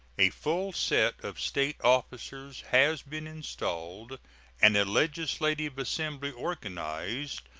a full set of state officers has been installed and a legislative assembly organized,